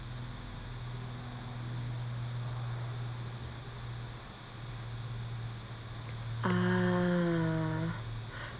um